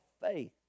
faith